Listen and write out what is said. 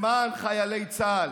למען חיילי צה"ל.